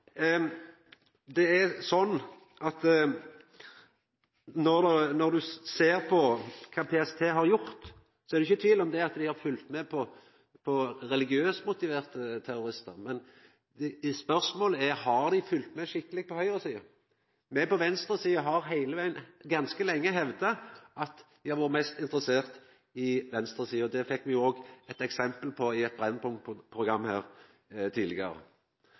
Når ein ser på kva PST har gjort, er det ikkje tvil om at dei har følgt med på religiøst motiverte terroristar, men spørsmålet er om dei har følgt med skikkeleg på høyresida. Me på venstresida har ganske lenge hevda at ein har vore mest interessert i venstresida. Det fekk me òg sjå eit eksempel på i eit